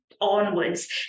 onwards